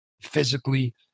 physically